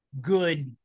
good